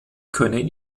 können